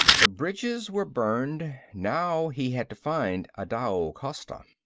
the bridges were burned. now he had to find adao costa.